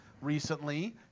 recently